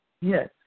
Yes